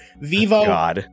Vivo